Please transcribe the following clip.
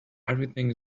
everything